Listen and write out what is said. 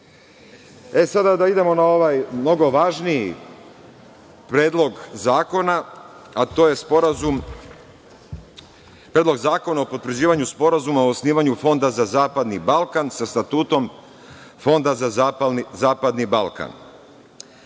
da idemo na ovaj mnogo važniji predlog zakona, a to je Predlog zakona o potvrđivanju Sporazuma o osnivanju fonda za zapadni Balkan, sa statutom fonda za zapadni Balkan.